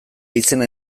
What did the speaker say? izena